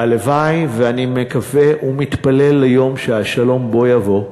והלוואי, ואני מקווה ומתפלל ליום שהשלום בוא יבוא,